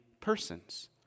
persons